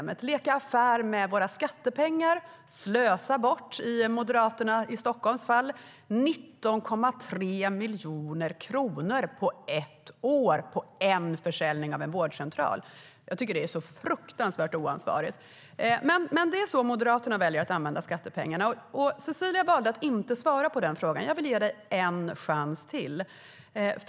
Man leker affär med våra skattepengar och slösar bort, som i fallet med Moderaterna i Stockholm, 19,3 miljoner på ett år på en försäljning av en vårdcentral. Jag tycker att det är fruktansvärt oansvarigt! Men det är så Moderaterna väljer att använda skattepengarna. Cecilia Widegren valde att inte svara på den frågan. Jag vill ge dig en chans till.